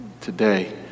today